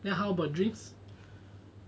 then how about drinks